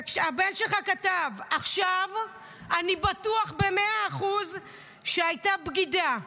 הבן שלך כתב: עכשיו אני בטוח במאה אחוז שהייתה בגידה,